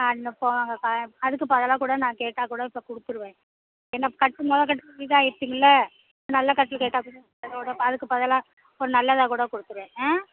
ஆன போங்க அதுக்கு பதலாக கூட நான் கேட்டால் கூட இப்போ கொடுத்துருவேன் என்ன கட்டு மொதல் கட்டில் இதாாயச்சிங்கள நல்ல கட்டில் கேட்டால் கூடட அதுக்கு பதலாக ஒரு நல்லதாக கூட கொடுத்துருவேன் ஆ